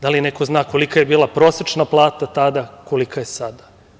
Da li neko zna kolika je bila prosečna plata tada, a kolika je sada?